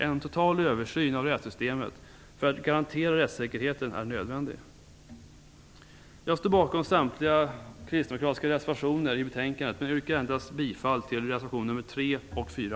En total översyn av rättssystemet för att garantera rättssäkerheten är nödvändig. Jag står bakom samtliga kristdemokratiska reservationer till betänkandet, men jag yrkar bifall endast till reservationerna nr 3 och 4.